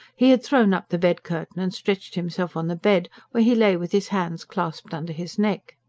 he had thrown up the bed-curtain and stretched himself on the bed, where he lay with his hands clasped under his neck.